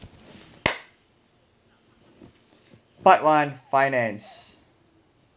part one finance